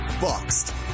Boxed